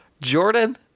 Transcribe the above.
Jordan